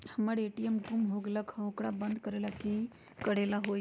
हमर ए.टी.एम गुम हो गेलक ह ओकरा बंद करेला कि कि करेला होई है?